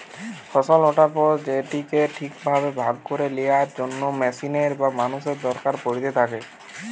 ফসল ওঠার পর সেটিকে ঠিক ভাবে ভাগ করে লেয়ার জন্য মেশিনের বা মানুষের দরকার পড়িতে থাকে